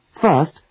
First